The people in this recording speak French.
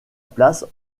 place